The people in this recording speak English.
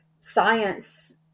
science